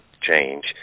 change